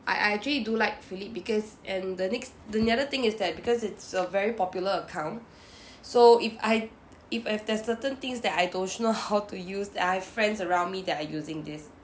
I I actually do like phillip because and the next and the other thing is that because it's a very popular account so if I if if there's certain things that I don't know how to use I have friends around me that are using this